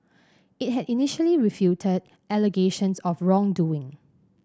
it had initially refuted allegations of wrongdoing